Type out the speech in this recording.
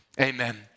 Amen